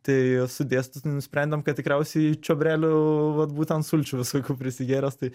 tai su dėstytoju nusprendėm kad tikriausiai čiobrelių vat būtent sulčių visokių prisigėręs tai